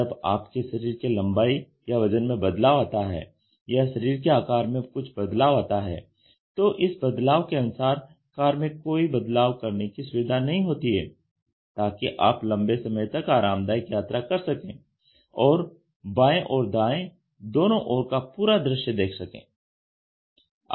जब आपके शरीर के लंबाई या वजन में बदलाव आता है या शरीर के आकार में कुछ बदलाव आता है तो इस बदलाव के अनुसार कार में कोई बदलाव करने की सुविधा नहीं होती है ताकि आप लंबे समय तक आरामदायक यात्रा कर सकें और बाएं और दाएं दोनों ओर का पूरा दृश्य देख सकें